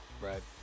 Right